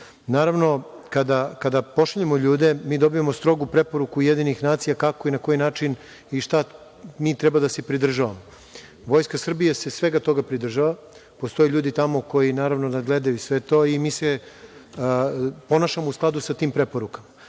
kada pošaljemo ljude, dobijamo strogu preporuku UN kako i na koji način i čega mi treba da se pridržavamo. Vojska Srbije se svega toga pridržava. Postoje ljudi tamo koji naravno nadgledaju sve to i mi se ponašamo u skladu sa tim preporukama.